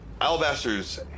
Alabaster's